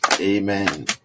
Amen